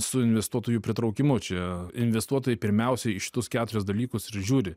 su investuotojų pritraukimu čia investuotojai pirmiausia į šitus keturis dalykus ir žiūri